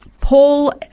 Paul